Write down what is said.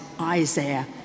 Isaiah